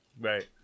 right